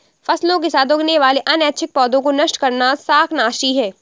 फसलों के साथ उगने वाले अनैच्छिक पौधों को नष्ट करना शाकनाशी है